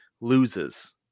loses